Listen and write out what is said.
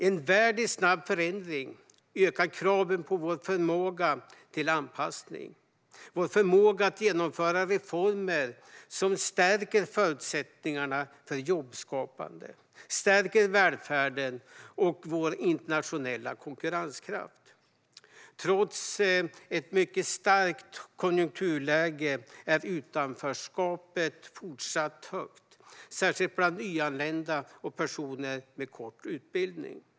En värld i snabb förändring ökar kraven på vår förmåga till anpassning och vår förmåga att genomföra reformer som stärker förutsättningarna för jobbskapande, stärker välfärden och stärker vår internationella konkurrenskraft. Trots ett mycket starkt konjunkturläge är utanförskapet fortsatt stort, särskilt bland nyanlända och personer med kort utbildning.